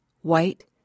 white